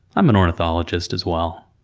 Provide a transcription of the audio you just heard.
i'm an ornithologist as well.